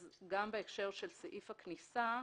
גם בהקשר של סעיף הכניסה,